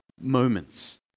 moments